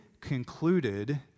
concluded